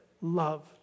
love